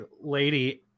lady